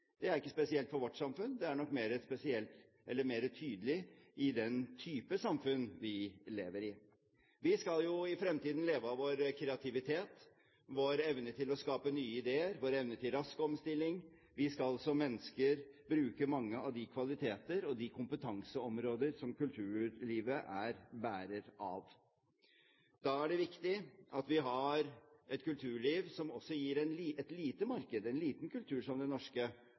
Det er ikke spesielt for vårt samfunn; det er nok mer tydelig i den type samfunn vi lever i. Vi skal jo i fremtiden leve av vår kreativitet, vår evne til å skape nye ideer, vår evne til rask omstilling. Vi skal som mennesker bruke mange av de kvaliteter og de kompetanseområder som kulturlivet er bærer av. Da er det viktig at vi har et kulturliv som også gir et lite marked, en liten kultur som den norske,